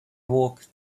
walk